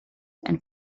and